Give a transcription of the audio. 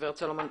גברת סלומון.